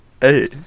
Hey